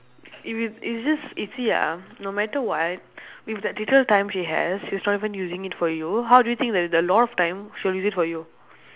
if you if it's just you see ah no matter what with that little time she has she's not even using it for you how do you think that with a lot of time she will use it for you